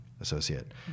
associate